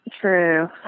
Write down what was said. True